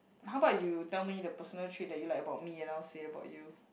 how about you tell me the personal trait that you like about me and I will say about you